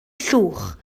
llwch